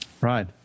Right